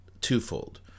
twofold